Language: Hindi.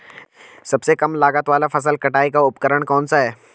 सबसे कम लागत वाला फसल कटाई का उपकरण कौन सा है?